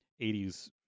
80s